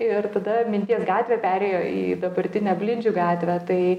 ir tada minties gatvė perėjo į dabartinę blindžių gatvę tai